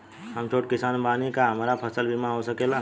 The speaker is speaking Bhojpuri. हम छोट किसान बानी का हमरा फसल बीमा हो सकेला?